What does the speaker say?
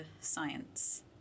science